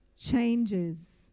changes